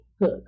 Hook